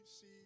see